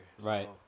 Right